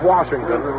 Washington